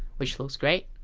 which looks great.